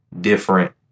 different